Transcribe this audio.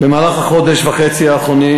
במהלך החודש וחצי האחרונים